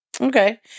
Okay